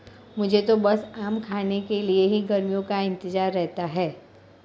मुझे तो बस आम खाने के लिए ही गर्मियों का इंतजार रहता है